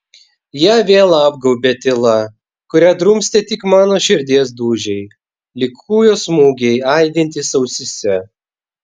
ją vėl apgaubė tyla kurią drumstė tik mano širdies dūžiai lyg kūjo smūgiai aidintys ausyse